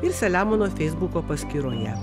ir selemono feisbuko paskyroje